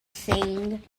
sing